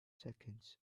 seconds